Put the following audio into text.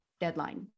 deadline